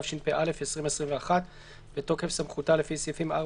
התשפ"א 2021. בתוקף סמכותה לפי סעיפים 4,